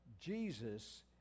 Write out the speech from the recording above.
Jesus